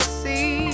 see